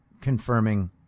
confirming